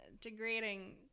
degrading